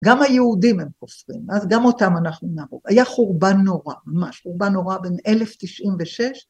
גם היהודים הם כופרים, אז גם אותם אנחנו נהרוג, היה חורבן נורא, ממש חורבן נורא בין אלף תשעים ושש.